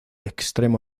extremo